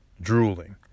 drooling